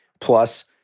plus